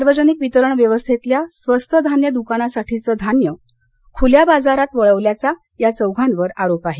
सार्वजनिक वितरण व्यवस्थेतल्या स्वस्त धान्य दुकानासाठीचं धान्य खुल्या बाजारात वळवल्याचा या चौघांवर आरोप आहे